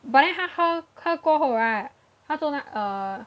but then 她喝喝过后 right 她做那 uh